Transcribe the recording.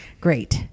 great